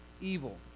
evil